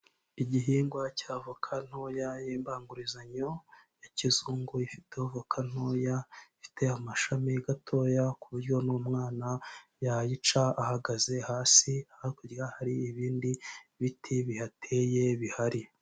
Igihingwa cy'avoka ntoya y'imbangurizanyo ya kizungu, ifiteho voka ntoya, ifite amashami gatoya ku buryo n'umwana yayica ahagaze hasi, hakurya hari ibindi biti bihateye bihari.